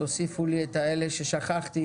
תוסיפו לי את אלה ששכחתי,